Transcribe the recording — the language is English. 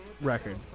Record